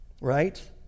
Right